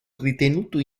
ritenuto